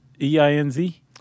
E-I-N-Z